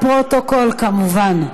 לפרוטוקול, כמובן.